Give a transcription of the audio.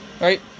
Right